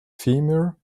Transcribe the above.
femur